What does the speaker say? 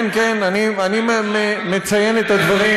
כן, כן, אני מציין את הדברים.